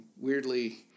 weirdly